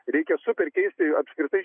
reikia super keist apskritai